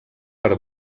per